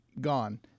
gone